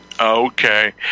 Okay